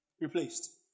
Replaced